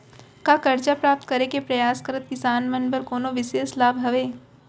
का करजा प्राप्त करे के परयास करत किसान मन बर कोनो बिशेष लाभ हवे?